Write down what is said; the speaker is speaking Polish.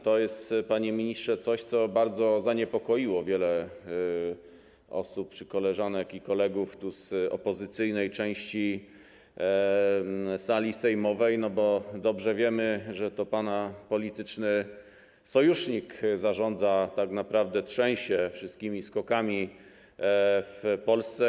To jest, panie ministrze, coś, co bardzo zaniepokoiło wiele osób, koleżanek i kolegów z opozycyjnej części sali sejmowej, bo dobrze wiemy, że to pana polityczny sojusznik zarządza, tak naprawdę trzęsie wszystkimi SKOK-ami w Polsce.